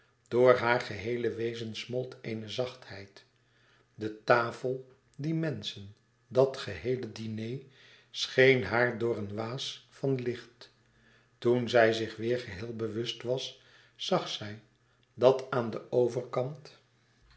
door haar geheele wezen smolt eene zachtheid de tafel die menschen dat geheele diner scheen haar door een waas van licht toen zij zich weêr geheel bewust was zag zij dat aan den overkant